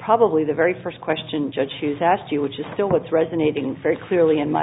probably the very first question judge has asked you which is still a threat anything very clearly in my